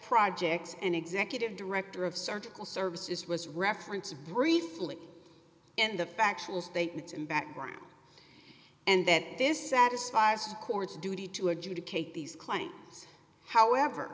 projects and executive director of surgical services was reference briefly in the factual statements in background and that this satisfies the court's duty to adjudicate these claims however